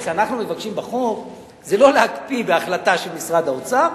מה שאנחנו מבקשים בחוק זה לא להקפיא בהחלטה של משרד האוצר,